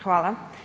Hvala.